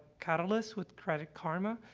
catalyst, with credit karma,